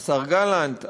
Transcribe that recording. השר גלנט,